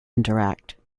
interact